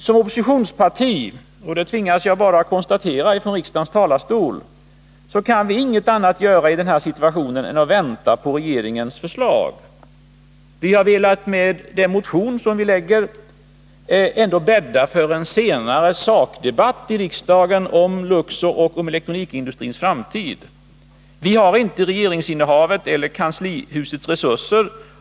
Som oppositionsparti kan vi — det tvingas jag konstatera från riksdagens talarstol — i den här situationen inget annat göra än vänta på regeringens förslag. Vi har med den motion vi väckt ändå velat bädda för en senare sakdebatt i riksdagen om Luxor och elektronikindustrins framtid. Vi har inte regeringsinnehavet och därmed inte heller kanslihusets resurser.